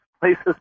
places